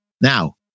Now